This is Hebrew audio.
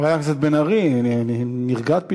חברת הכנסת בן ארי, נרגעת פתאום.